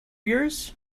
yours